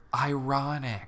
ironic